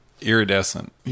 iridescent